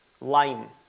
line